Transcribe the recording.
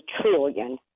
trillion